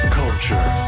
culture